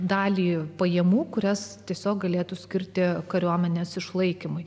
dalį pajamų kurias tiesiog galėtų skirti kariuomenės išlaikymui